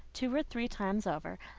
two or three times over,